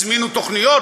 הזמינו תוכניות?